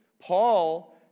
Paul